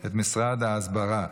את משרד ההסברה.